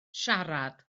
siarad